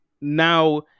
now